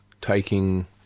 taking